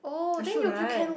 I should right